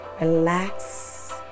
Relax